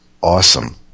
awesome